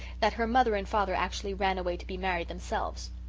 that her mother and father actually ran away to be married themselves.